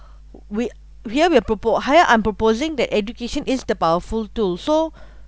we here we are propo~ here I'm proposing that education is the powerful too so